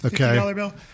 Okay